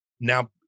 now